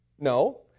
No